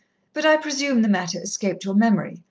but i presume the matter escaped your memory,